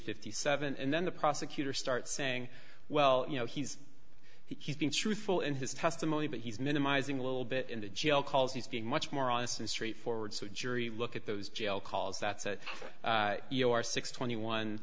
fifty seven and then the prosecutor start saying well you know he's he's been truthful in his testimony but he's minimizing a little bit in the jail calls he's being much more honest and straightforward so the jury look at those jail calls that's your six hundred and twenty one